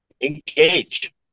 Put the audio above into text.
engage